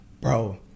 bro